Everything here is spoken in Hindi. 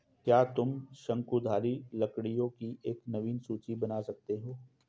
क्या तुम शंकुधारी लकड़ियों की एक नवीन सूची बना सकते हो?